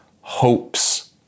hopes